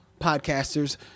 podcasters